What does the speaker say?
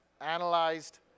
analyzed